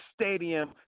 stadium